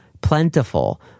plentiful